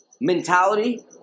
mentality